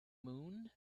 moon